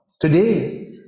today